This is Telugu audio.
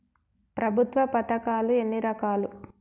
ప్రభుత్వ పథకాలు ఎన్ని రకాలు?